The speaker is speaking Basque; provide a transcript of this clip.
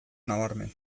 nabarmen